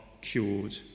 cured